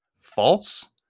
false